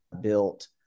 built